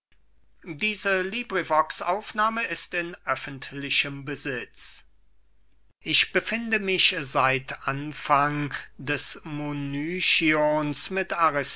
antipater an kleonidas ich befinde mich seit anfang des munychions mit